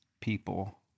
people